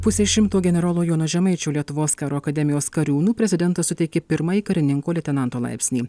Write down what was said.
pusės šimto generolo jono žemaičio lietuvos karo akademijos kariūnų prezidentas suteikė pirmąjį karininko leitenanto laipsnį